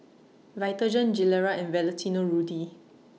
Vitagen Gilera and Valentino Rudy